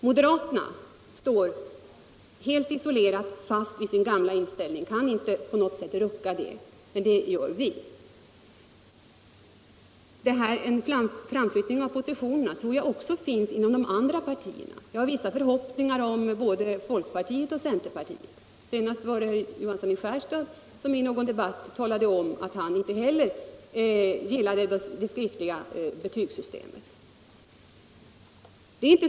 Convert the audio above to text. Moderaterna står helt isolerade fast vid sin gamla inställning, de kan inte på något sätt rucka på den. En framflyttning av positioner tror jag förekommer också inom de andra partierna, och jag har vissa förhoppningar om både folkpartiet och centerpartiet; senast var det herr Johansson i Skärstad som i en debatt talade om att han inte heller gillade det skriftliga betygssystemet.